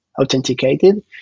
Authenticated